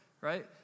right